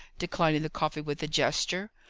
declining the coffee with a gesture.